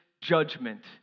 judgment